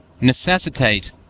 necessitate